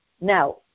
Now